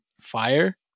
fire